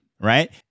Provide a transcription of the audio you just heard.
right